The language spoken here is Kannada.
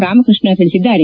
ರಾಮಕೃಷ್ಷ ತಿಳಿಸಿದ್ದಾರೆ